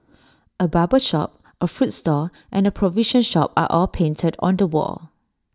A barber shop A fruit stall and A provision shop are all painted on the wall